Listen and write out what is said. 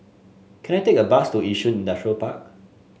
can I take a bus to Yishun Park